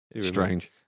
strange